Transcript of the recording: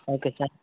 okay sir